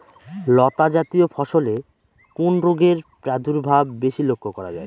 লতাজাতীয় ফসলে কোন রোগের প্রাদুর্ভাব বেশি লক্ষ্য করা যায়?